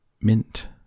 Mint